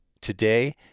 Today